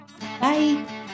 Bye